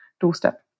doorstep